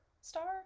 star